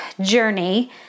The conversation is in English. journey